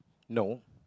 no